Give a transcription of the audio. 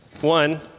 One